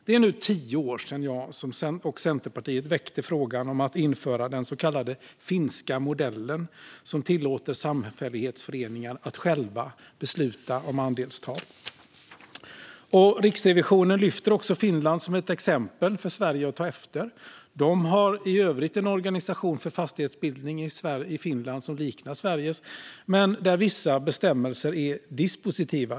Det är nu tio år sedan som jag och Centerpartiet väckte frågan om att införa den så kallade finska modellen, som tillåter samfällighetsföreningar att själva besluta om andelstal. Riksrevisionen lyfter också fram Finland som ett exempel för Sverige att ta efter. De har i övrigt en organisation för fastighetsbildning som liknar Sveriges, men vissa bestämmelser är dispositiva.